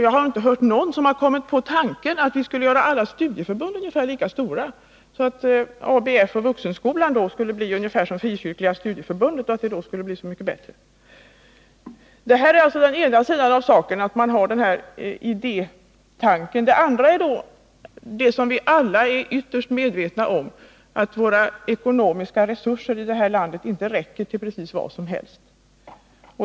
Jag har inte hört någon ge uttryck åt tanken att vi skulle göra alla studieförbund ungefär lika stora, så att ABF och Studieförbundet Vuxenskolan skulle vara ungefär lika stora som Frikyrkliga studieförbundet och att det då skulle vara så mycket bättre. Det här är den ena sidan av saken. Den andra är något som vi alla är ytterst medvetna om, nämligen att våra ekonomiska resurser här i landet inte räcker till precis vad som helst.